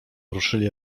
ruszyli